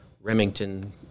Remington